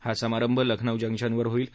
हा समारंभ लखनौ जंक्शनवर होईल